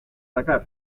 dakar